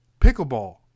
Pickleball